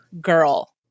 girl